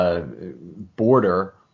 border